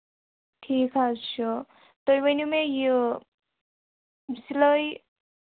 ٹھیٖک حظ چھُ تُہۍ ؤنِو مےٚ یہِ سِلٲے